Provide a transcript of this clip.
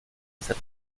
haces